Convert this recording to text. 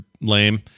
lame